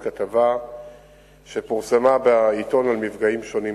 בטבת התש"ע (13 בינואר 2010): היום פורסם ב"ידיעות אחרונות",